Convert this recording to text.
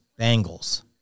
Bengals